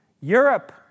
Europe